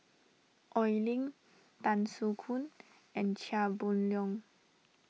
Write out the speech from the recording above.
Oi Lin Tan Soo Khoon and Chia Boon Leong